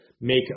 make